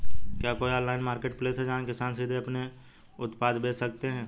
क्या कोई online marketplace है जहां किसान सीधे अपने उत्पाद बेच सकते हैं?